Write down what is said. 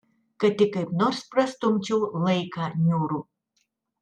kad tik kaip nors prastumčiau laiką niūrų